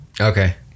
okay